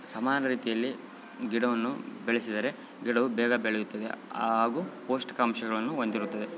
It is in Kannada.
ಸಮಾನ ರೀತಿಯಲ್ಲಿ ಗಿಡವನ್ನು ಬೆಳೆಸಿದರೆ ಗಿಡವು ಬೇಗ ಬೆಳೆಯುತ್ತದೆ ಹಾಗು ಪೌಷ್ಠಿಕಾಂಶಗಳನ್ನು ಹೊಂದಿರುತ್ತದೆ